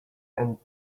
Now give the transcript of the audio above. and